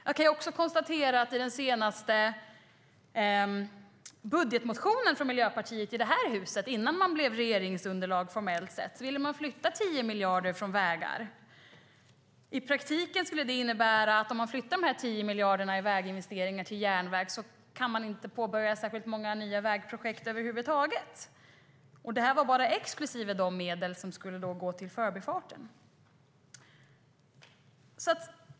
Jag kan också konstatera att i den senaste budgetmotionen från Miljöpartiet i det här huset, innan man formellt sett blev regeringsunderlag, ville man flytta 10 miljarder från vägar. Om dessa 10 miljarder i väginvesteringar flyttas till järnväg skulle det i praktiken innebära att man inte kan påbörja särskilt många nya vägprojekt över huvud taget. Och det här var bara exklusive de medel som skulle gå till Förbifarten.